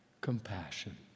compassion